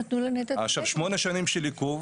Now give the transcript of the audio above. שמונה שנים של עיכוב,